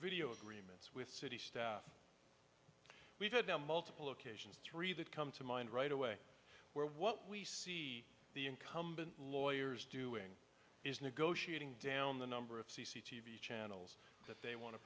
video agreements with city staff we've had on multiple occasions three that come to mind right away where what we see the incumbent lawyers doing is negotiating down the number of c c t v channels that they want to